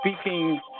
speaking